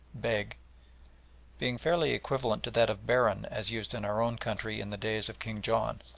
beg being fairly equivalent to that of baron as used in our own country in the days of king john,